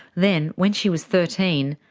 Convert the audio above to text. then when she was thirteen,